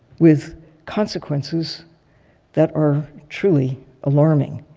with consequences that are truly alarming.